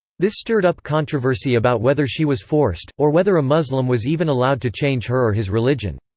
this stirred up controversy about whether she was forced, or whether a muslim was even allowed to change her or his religion.